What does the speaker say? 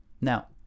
Now